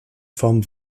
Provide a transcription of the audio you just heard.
form